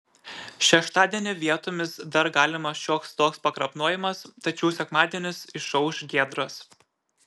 šeštadienį vietomis dar galimas šioks toks pakrapnojimas tačiau sekmadienis išauš giedras